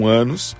anos